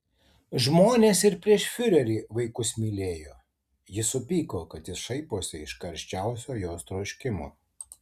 žmonės ir prieš fiurerį vaikus mylėjo ji supyko kad jis šaiposi iš karščiausio jos troškimo